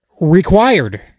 required